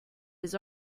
his